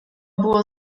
było